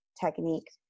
technique